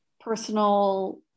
personal